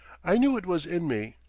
i knew it was in me,